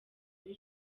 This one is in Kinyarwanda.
muri